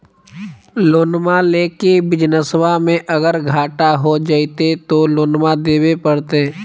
लोनमा लेके बिजनसबा मे अगर घाटा हो जयते तो लोनमा देवे परते?